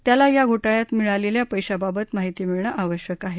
त्याला या घोटाळ्यात मिळालेल्या पैशाबाबत माहिती मिळणं आवश्यक आहे